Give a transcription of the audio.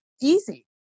easy